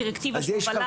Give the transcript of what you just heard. דירקטיבה של הובלה.